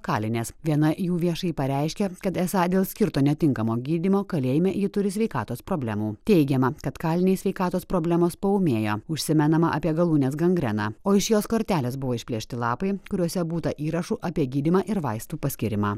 kalinės viena jų viešai pareiškė kad esą dėl skirto netinkamo gydymo kalėjime ji turi sveikatos problemų teigiama kad kalinei sveikatos problemos paūmėjo užsimenama apie galūnės gangreną o iš jos kortelės buvo išplėšti lapai kuriuose būta įrašų apie gydymą ir vaistų paskyrimą